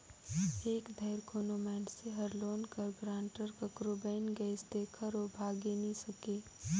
एक धाएर कोनो मइनसे हर लोन कर गारंटर काकरो बइन गइस तेकर ओ भागे नी सके